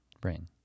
Brain